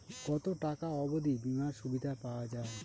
কত টাকা অবধি বিমার সুবিধা পাওয়া য়ায়?